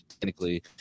technically